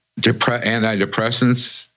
antidepressants